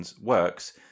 works